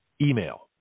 email